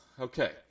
Okay